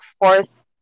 fourth